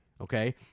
Okay